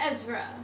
Ezra